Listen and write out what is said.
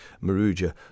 maruja